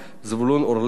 זבולון אורלב,